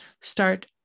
Start